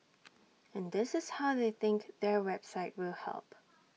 and this is how they think their website will help